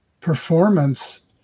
performance